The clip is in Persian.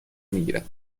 میگیرد